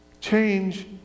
Change